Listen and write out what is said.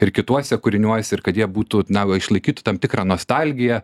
ir kituose kūriniuose ir kad jie būtų na o išlaikyti tam tikrą nostalgiją